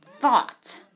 thought